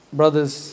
brothers